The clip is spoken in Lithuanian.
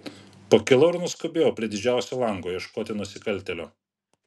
pakilau ir nuskubėjau prie didžiausio lango ieškoti nusikaltėlio